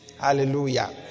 Hallelujah